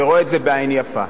ורואה את זה בעין יפה.